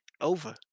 over